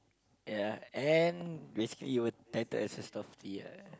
ya and basically you will title as a softie ah